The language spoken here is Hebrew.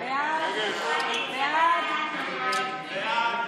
הודעת ראש הממשלה על כינון